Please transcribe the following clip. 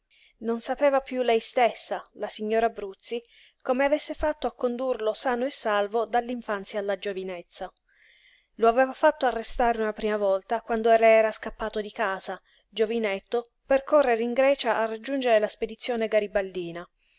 non sapeva piú lei stessa la signora bruzzi come avesse fatto a condurlo sano e salvo dall'infanzia alla giovinezza lo aveva fatto arrestare una prima volta quando le era scappato di casa giovinetto per correre in grecia a raggiungere la spedizione garibaldina